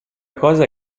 cosa